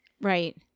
Right